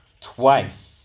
twice